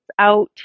out